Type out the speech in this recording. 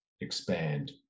expand